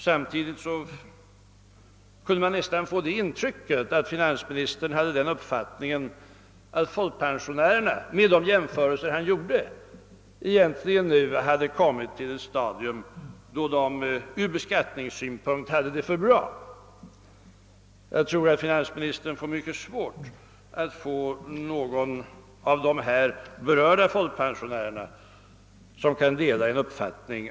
Samtidigt kunde man nästan få det intrycket av de jämförelser finansministern gjorde, att han ansåg att folkpensionärerna nu nått ett stadium där de från beskattningssynpunkt sett hade det för bra. Det bli nog mycket svårt för honom att finna någon av de här berörda folkpensionärerna som kan dela den uppfattningen.